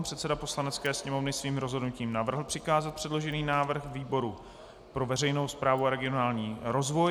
Předseda Poslanecké sněmovny svým rozhodnutím navrhl přikázat předložený návrh výboru pro veřejnou správu a regionální rozvoj.